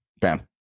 Bam